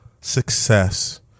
success